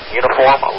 uniform